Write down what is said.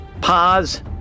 Pause